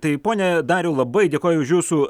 tai pone dariau labai dėkoju už jūsų